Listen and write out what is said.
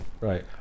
Right